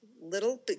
little